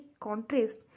countries